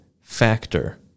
factor